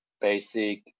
basic